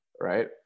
right